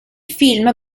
film